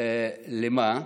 למה?